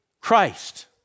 Christ